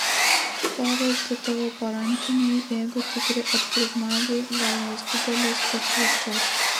ko verti tavo parankiniai jeigu tikri atgrubnagiai galvos didelės bet tuščios